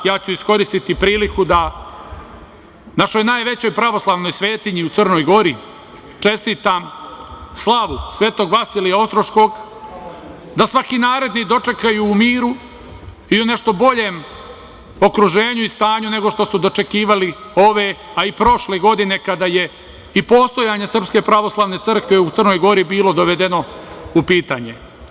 Iskoristiću i priliku, da našoj najvećoj pravoslavnoj svetinji u Crnoj Gori čestitam slavu, Sv. Vasilija Ostroškog, da svaki naredni dočekaju u miru i u nešto boljem okruženju i stanju nego što su dočekivali ove, a i prošle godine kada je i postojanje SPC u Crnoj Gori bilo dovedeno u pitanje.